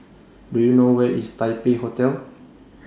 Do YOU know Where IS Taipei Hotel